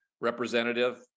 representative